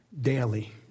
daily